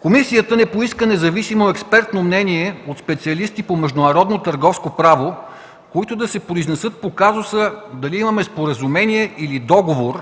Комисията не поиска независимо експертно мнение от специалисти по международно търговско право, които да се произнесат по казуса дали имаме споразумение или договор,